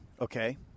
Okay